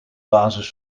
basis